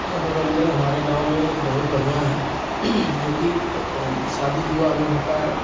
मनोरंजन हमारे गाँव में एक बहुत बढ़ियाँ है जोकि शादी विवाह में होता है